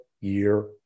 year